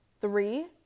Three